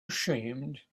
ashamed